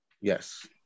Yes